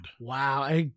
Wow